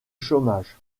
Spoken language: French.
chômage